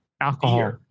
alcohol